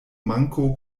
manko